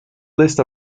list